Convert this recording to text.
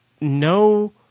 no